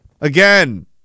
again